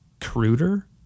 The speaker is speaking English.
cruder